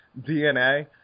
DNA